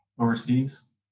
overseas